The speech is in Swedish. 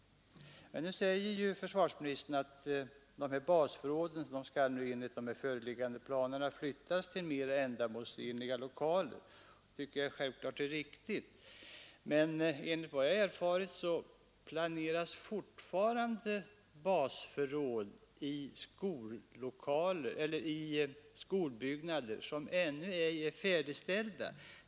Försvarsministern säger nu att de här basstationerna enligt föreliggande planer skall flyttas till mer ändamålsenliga förrådsställen. Det tycker jag självklart är riktigt. Men enligt vad jag erfarit placeras basstationer i skolbyggnader som ännu ej är färdiga.